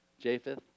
Japheth